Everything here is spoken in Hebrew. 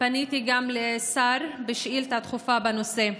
פניתי גם לשר בשאילתה דחופה בנושא.